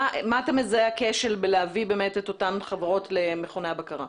איפה הכשל, לדעתך, בהבאת אותן חברות למכוני בקרה?